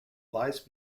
lies